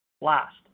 last